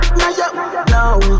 now